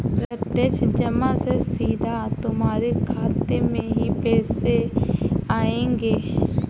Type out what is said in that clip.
प्रत्यक्ष जमा से सीधा तुम्हारे खाते में ही पैसे आएंगे